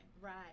Right